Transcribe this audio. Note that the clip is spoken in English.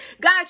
God